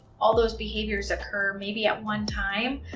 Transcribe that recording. all those behaviors occur maybe at one time,